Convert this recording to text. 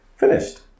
Finished